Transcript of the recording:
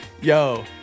yo